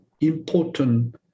important